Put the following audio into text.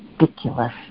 ridiculous